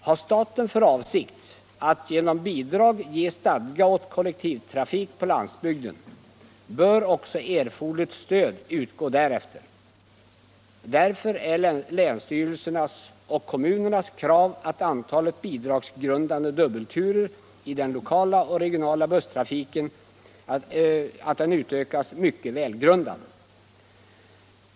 Har staten för avsikt att genom bidrag ge stadga åt kollektivtrafiken på landsbygden bör också erforderligt stöd utgå därefter. Därför är länsstyrelsernas och kommunernas krav att antalet bidragsgrundande dubbelturer i den lokala och regionala busstrafiken utökas mycket välgrundat.